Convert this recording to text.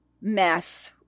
mess